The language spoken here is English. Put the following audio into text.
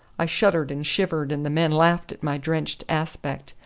i shuddered and shivered, and the men laughed at my drenched aspect,